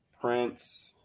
Prince